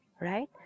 Right